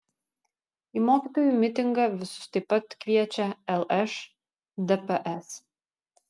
į mokytojų mitingą visus taip pat kviečia lšdps